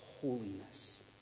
holiness